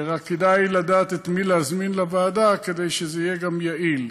רק כדאי לדעת את מי להזמין לוועדה כדי שזה יהיה גם יעיל.